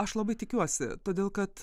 aš labai tikiuosi todėl kad